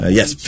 Yes